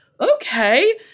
Okay